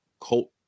cult